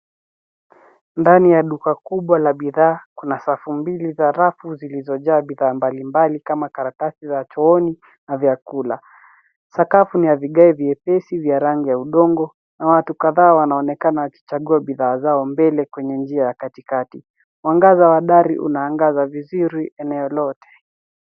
Ndani ya duka kubwa la bidhaa Kuna safu mbili za rafu, zilizojaa bidhaa mbali mbali kama karatasi za chooni na vyakula. Sakafu ni ya vigae vyepesi vya rangi ya udongo, na watu kadhaa wanaonekana wakichagua bidhaa zao mbele kwenye njia ya katikati. Mwangaza wa dari unaangaza vizuri eneo lote.